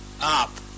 up